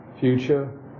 future